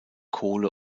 kohle